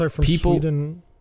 People